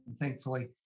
Thankfully